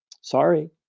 sorry